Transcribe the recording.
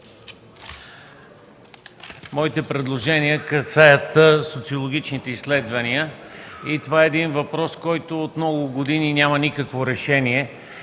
моите предложения касаят социологическите изследвания. Това е въпрос, който от много години няма никакво решение.